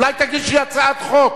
אולי תגישי הצעת חוק